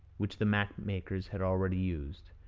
which the map-makers had already used.